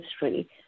history